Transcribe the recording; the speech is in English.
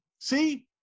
see